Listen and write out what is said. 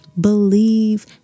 believe